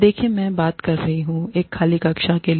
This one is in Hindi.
देखें मैं बात कर रहा हूँ एक खाली कक्षा के लिए